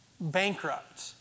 Bankrupt